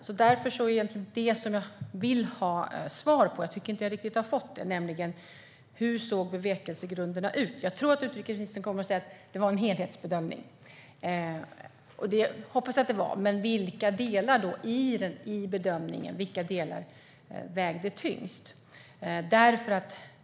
Jag tycker inte riktigt att jag har fått svar på det jag ville, nämligen hur bevekelsegrunderna såg ut. Jag tror att utrikesministern kommer att säga att det var en helhetsbedömning. Det hoppas jag att det var, men vilka delar vägde tyngst i bedömningen?